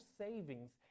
savings